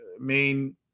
main